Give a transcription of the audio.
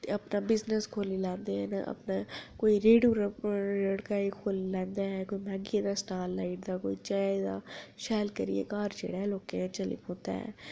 ते अपना बिजनेस खोह्ली लैंदे न अपना कोई खोह्ली लैंदे न कोई मैगी दा स्टाल लाई ओड़दा कोई चाही दा शैल करियै घर जेह्ड़ा लोकें दा चली पौंदा ऐ